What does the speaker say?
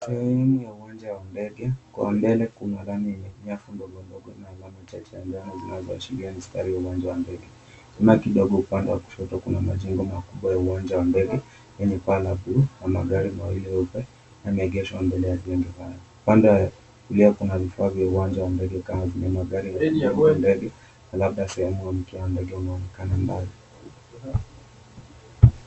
Sehemu ya uwanja wa ndege. Kwa mbele kuna lami yenye nyasi ndogondogo na alama chachandama zinazoashiria mistari ya uwanja wa ndege. Nyuma kidogo upande wa kushoto kuna majengo makubwa ya uwanja wa ndege yenye paa la buluu na magari mawili meupe na yameengeshwa upande wa mbele wa jengo hilo. Upande wa kulia kuna vifaa vya uwanja wa ndege kama vile magari na labda sehemu ya mkiwa wa ndege unaonekana mbali.